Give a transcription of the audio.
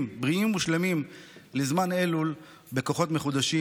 בריאים ושלמים לזמן אלול בכוחות מחודשים.